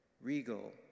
Regal